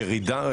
ירידה?